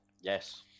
Yes